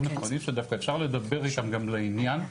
נחמדים שדווקא אפשר לדבר איתם גם לעניין,